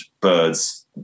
birds